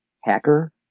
Hacker